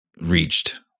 reached